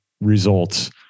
results